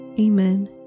Amen